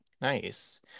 Nice